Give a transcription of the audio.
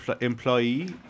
employee